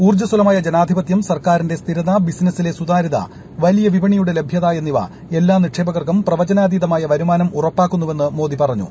ഉൌർജ്ജസ്വലമായ ജനാധിപത്യം സർക്കാരിന്റെ സ്ഥിരത ബിസിനസ്സിലെ സുതാര്യത വലിയ വിപണിയുടെ ലഭ്യത എന്നിവ എല്ലാ നിക്ഷേപകർക്കും പ്രവചനാതീതമായ വരുമാനം ഉറപ്പാക്കുന്നുവെന്ന് മോദി പറഞ്ഞു